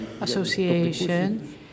Association